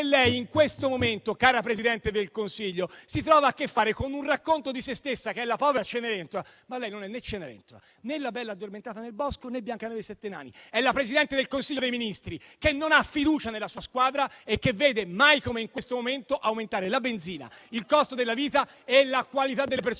lei in questo momento, cara Presidente del Consiglio, si trova a che fare con un racconto di sé stessa secondo il quale lei sarebbe la povera Cenerentola. Ma lei non è né Cenerentola, né la bella addormentata nel bosco, né Biancaneve e i sette nani. È la Presidente del Consiglio dei ministri che non ha fiducia nella sua squadra e che vede, mai come in questo momento, aumentare la benzina, il costo della vita e la qualità delle persone.